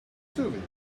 soothing